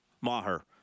Maher